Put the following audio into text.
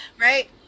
Right